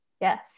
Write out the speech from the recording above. yes